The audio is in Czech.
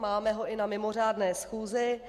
Máme ho i na mimořádné schůzi.